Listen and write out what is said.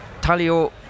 Talio